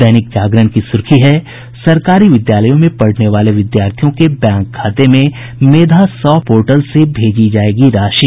दैनिक जागरण की सुर्खी है सरकारी विद्यालयों में पढ़ने वाले विद्यार्थियों के बैंक खाते में मेधासॉफ्ट पोर्टल से भेजी जायेगी राशि